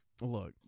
look